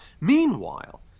Meanwhile